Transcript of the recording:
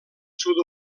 sud